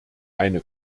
eine